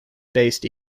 based